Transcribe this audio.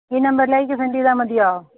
ഈ നമ്പറിലേക്ക് സെൻഡെയ്താല് മതിയോ